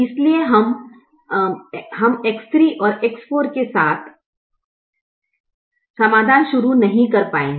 इसलिए हम X3 और X4 के साथ समाधान शुरू नहीं कर पाएंगे